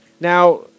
Now